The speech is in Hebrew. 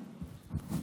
נשארות,